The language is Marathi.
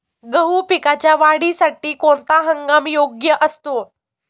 गहू पिकाच्या वाढीसाठी कोणता हंगाम योग्य असतो?